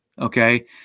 okay